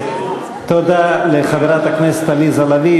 תודה לחברת הכנסת עליזה לביא,